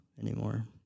anymore